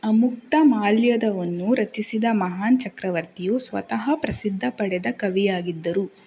ಅಮುಕ್ತಮಾಲ್ಯದವನ್ನು ರಚಿಸಿದ ಮಹಾನ್ ಚಕ್ರವರ್ತಿಯು ಸ್ವತಃ ಪ್ರಸಿದ್ಧಿ ಪಡೆದ ಕವಿಯಾಗಿದ್ದರು